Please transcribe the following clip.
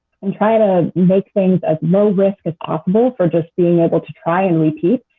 and try to make things as low risk as possible for just being able to try and repeat.